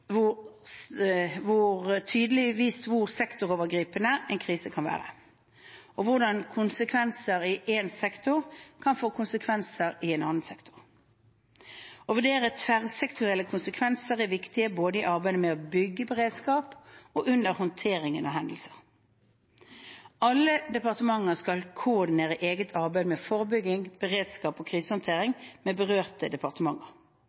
hvor sektorovergripende en krise kan være, og hvordan konsekvenser i én sektor kan få konsekvenser for en annen sektor. Å vurdere tverrsektorielle konsekvenser er viktig både i arbeidet med å bygge beredskap og under håndteringen av hendelser. Alle departementer skal koordinere eget arbeid med forebygging, beredskap og krisehåndtering med berørte departementer.